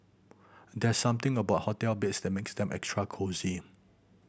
there's something about hotel beds that makes them extra cosy